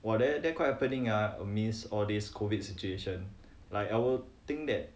!wah! there there quite happening ah amidst all this COVID situation like I will think that